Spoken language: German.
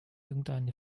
irgendeinen